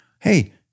Hey